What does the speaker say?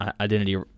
identity